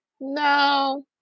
No